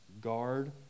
Guard